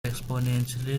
exponentially